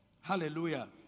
Hallelujah